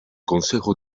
consejo